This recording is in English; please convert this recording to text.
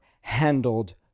handled